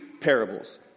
parables